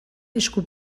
esku